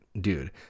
dude